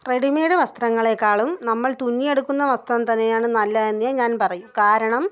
readymade വസ്ത്രങ്ങളെക്കാളും നമ്മൾ തുന്നിയെടുക്കുന്ന വസ്ത്രം തന്നെയാണ് നല്ലതെന്നെ ഞാൻ പറയൂ കാരണം